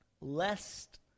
lest